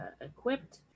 equipped